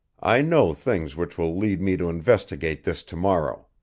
i know things which will lead me to investigate this to-morrow.